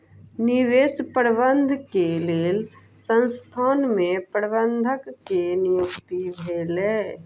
निवेश प्रबंधन के लेल संसथान में प्रबंधक के नियुक्ति भेलै